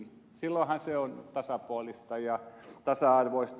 silloinhan se on tasapuolista ja tasa arvoista